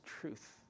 truth